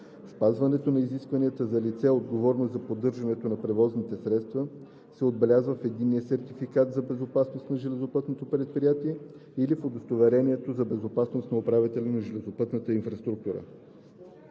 Спазването на изискванията за лице, отговорно за поддръжката на превозните средства, се отбелязва в единния сертификат за безопасност на железопътното предприятие или в удостоверението за безопасност на управителя на железопътната инфраструктура.“